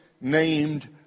named